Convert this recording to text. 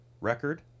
record